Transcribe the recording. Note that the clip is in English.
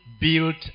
built